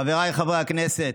חבריי חברי הכנסת,